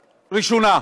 ראשונה,